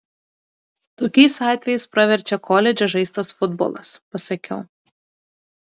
tokiais atvejais praverčia koledže žaistas futbolas pasakiau